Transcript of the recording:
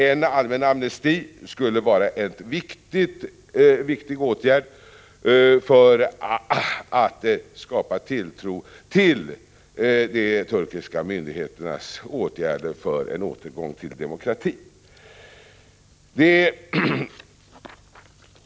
En allmän amnesti skulle vara en viktig åtgärd för att skapa tilltro till de turkiska myndigheternas åtgärder för en återgång till demokrati.